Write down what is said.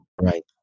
Right